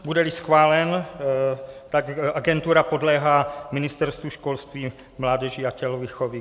Budeli schválen, tak agentura podléhá Ministerstvu školství, mládeže a tělovýchovy.